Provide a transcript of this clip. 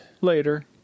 Later